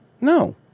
No